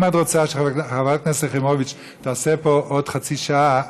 אם את רוצה שחברת הכנסת יחימוביץ תעשה פה עוד חצי שעה,